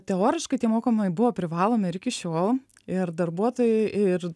teoriškai tie mokymai buvo privalomi ir iki šiol ir darbuotojai ir